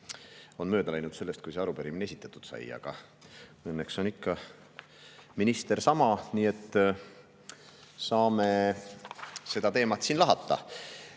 on mööda läinud sellest, kui see arupärimine esitatud sai. Õnneks on ikka minister sama, nii et saame seda teemat siin lahata.